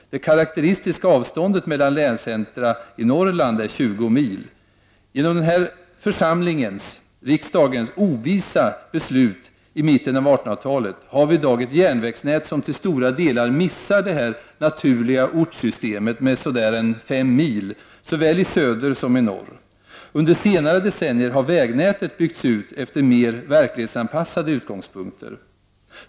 Det karakteristiska avståndet mellan länscentra i Norrland är tjugo mil. På grund av den här församlingens, riksdagens, ovisa beslut i mitten av 1800-talet har vi i dag ett järnvägsnät som till stora delar missar det naturliga ortssystemet med så där fem mil, såväl i söder som i norr. Under senare decennier har vägnätet byggts ut från mer verklighetsanpassade utgångspunkter.